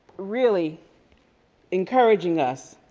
really encouraging us,